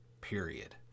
Period